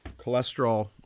cholesterol